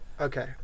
Okay